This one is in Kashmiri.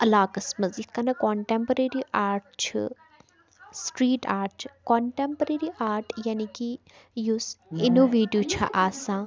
علاقس منٛز یِتھ کٔنۍ کونٹٮ۪مرٔری آرٹ چھِ سٕٹرٛیٖٹ آرٹ چھِ کۄنٹٮ۪مرٔری آرٹ یعنی کہِ یُس اِنوٚویٹِو چھِ آسان